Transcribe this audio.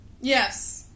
Yes